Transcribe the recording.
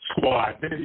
squad